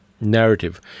narrative